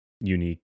unique